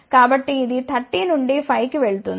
కాబట్టి ఇది 30 నుండి 5 కి వెళుతుంది